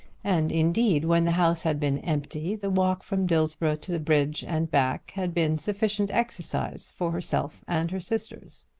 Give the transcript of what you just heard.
and indeed, when the house had been empty, the walk from dillsborough to the bridge and back had been sufficient exercise for herself and her sisters.